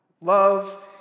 Love